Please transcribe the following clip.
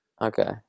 Okay